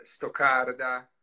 Stoccarda